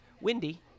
Windy